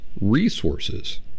resources